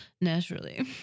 naturally